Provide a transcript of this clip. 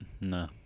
no